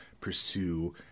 pursue